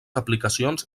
aplicacions